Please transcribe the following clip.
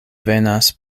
venas